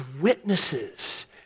witnesses